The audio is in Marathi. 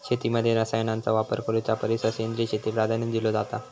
शेतीमध्ये रसायनांचा वापर करुच्या परिस सेंद्रिय शेतीक प्राधान्य दिलो जाता